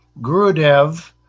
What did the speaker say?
Gurudev